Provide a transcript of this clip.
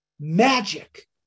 Magic